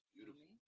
Beautiful